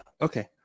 okay